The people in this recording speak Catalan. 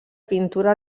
pintura